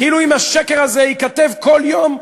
כאילו אם השקר הזה ייכתב כל יום,